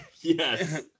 Yes